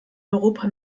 europa